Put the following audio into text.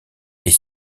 est